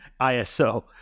ISO